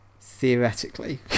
Theoretically